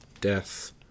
Death